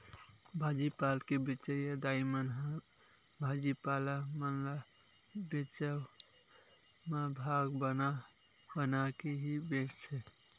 भाजी पाल के बेंचइया दाई मन ह भाजी पाला मन ल बेंचब म भाग बना बना के ही बेंचथे